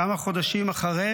כמה חודשים אחרי